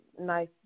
nice